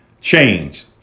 change